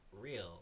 real